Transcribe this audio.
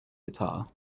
guitar